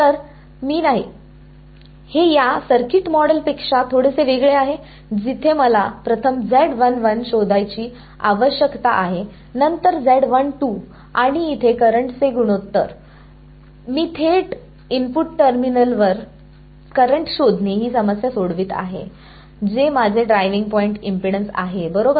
तर मी नाही हे या सर्किट मॉडेल पेक्षा थोडेसे वेगळे आहे जिथे मला प्रथम शोधण्याची आवश्यकता आहे नंतर आणि इथे करंट चे गुणोत्तर मी थेट इनपुट टर्मिनलवर करंट शोधणे ही समस्या सोडवित आहे जे माझे ड्रायव्हिंग पॉईंट इम्पेडन्स आहे बरोबर